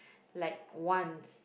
like once